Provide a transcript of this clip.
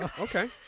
Okay